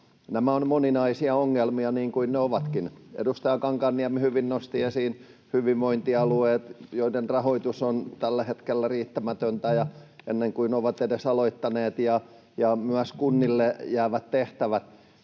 nämä ovat moninaisia ongelmia. Niin ne ovatkin. Edustaja Kankaanniemi hyvin nosti esiin hyvinvointialueet, joiden rahoitus on tällä hetkellä, ennen kuin ovat edes aloittaneet, riittämätöntä, ja myös kunnille jäävät tehtävät.